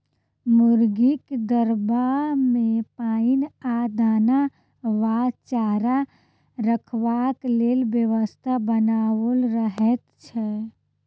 मुर्गीक दरबा मे पाइन आ दाना वा चारा रखबाक लेल व्यवस्था बनाओल रहैत छै